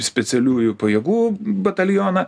specialiųjų pajėgų batalioną